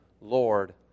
Lord